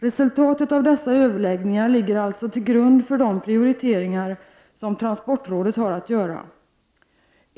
Resultatet av dessa överläggningar ligger alltså till grund för de prioriteringar som transportrådet har att göra.